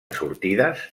sortides